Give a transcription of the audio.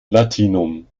latinum